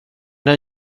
den